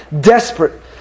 desperate